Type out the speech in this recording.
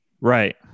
Right